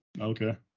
Okay